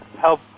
help